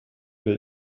der